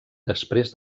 després